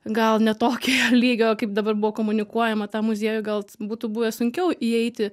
gal ne tokio lygio kaip dabar buvo komunikuojama tą muziejų gal būtų buvę sunkiau įeiti